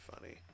funny